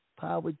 Power